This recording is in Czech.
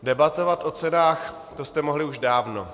Debatovat o cenách, to jste mohli už dávno.